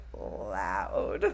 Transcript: loud